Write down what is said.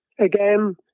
again